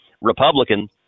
Republican